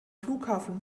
flughafen